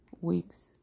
weeks